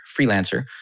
freelancer